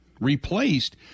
replaced